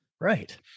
Right